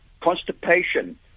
constipation